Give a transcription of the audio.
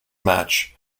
match